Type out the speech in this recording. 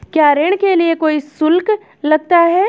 क्या ऋण के लिए कोई शुल्क लगता है?